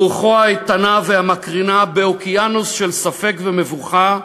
רוחו האיתנה והמקרינה באוקיינוס של ספק ומבוכה,